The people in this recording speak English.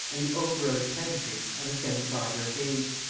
and the operose pedantry of a semi-barbarous age.